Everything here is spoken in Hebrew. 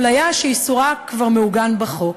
אפליה שאיסורה כבר מעוגן בחוק.